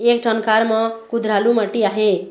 एक ठन खार म कुधरालू माटी आहे?